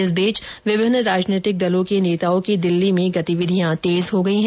इस बीच विभिन्न राजनीतिक दलों के नेताओं की दिल्ली में गतिविधियां तेज हो गई हैं